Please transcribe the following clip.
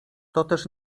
toteż